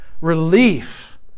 Relief